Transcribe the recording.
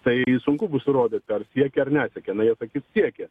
tai sunku bus įrodyti ar siekė ar nesiekė na jie sakys siekė